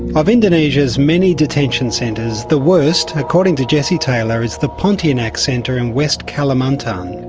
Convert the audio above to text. of indonesia's many detention centres, the worst, according to jessie taylor, is the pontianak centre in west kalimantan.